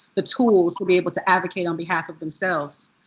the tools to be able to advocate on behalf of themselves.